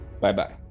Bye-bye